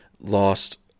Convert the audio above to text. lost